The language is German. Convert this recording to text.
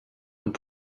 und